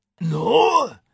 No